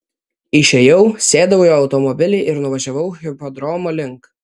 išėjau sėdau į automobilį ir nuvažiavau hipodromo link